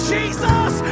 Jesus